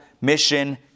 Mission